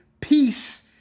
Peace